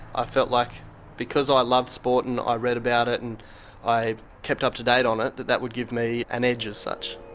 i felt like because i loved sport and i read about it and i kept up to date on it, that that would give me an edge as such.